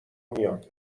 میان